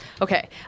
okay